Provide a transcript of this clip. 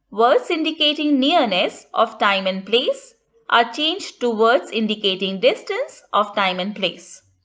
words indicating nearness of time and place are changed to words indicating distance of time and place.